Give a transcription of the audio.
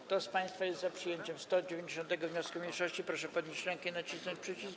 Kto z państwa jest za przyjęciem 190. wniosku mniejszości, proszę podnieść rękę i nacisnąć przycisk.